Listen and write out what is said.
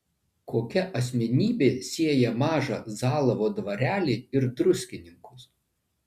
kokia asmenybė sieja mažą zalavo dvarelį ir druskininkus